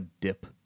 dip